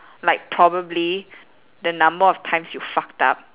like probably the number of times you fucked up